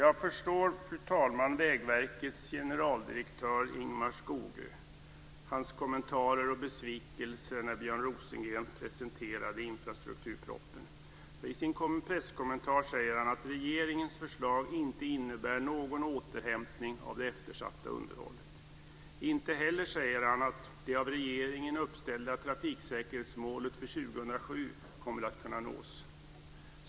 Jag förstår, fru talman, Vägverkets generaldirektör sin presskommentar säger han att regeringens förslag inte innebär någon återhämtning av det eftersatta underhållet. Inte heller det av regeringen uppställda trafiksäkerhetsmålet för 2007 kommer att kunna nås, säger han.